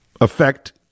affect